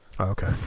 okay